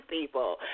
people